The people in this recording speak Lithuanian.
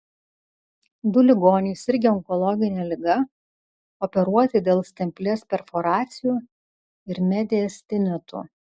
du ligoniai sirgę onkologine liga operuoti dėl stemplės perforacijų ir mediastinitų